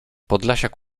podlasiak